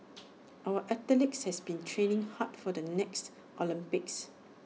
our athletes have been training hard for the next Olympics